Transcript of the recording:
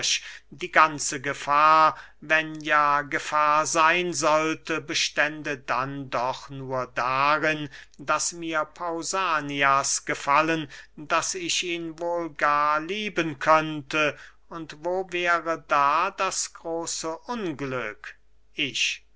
die ganze gefahr wenn ja gefahr seyn sollte bestände dann doch nur darin daß mir pausanias gefallen daß ich ihn wohl gar lieben könnte und wo wäre da das große unglück ich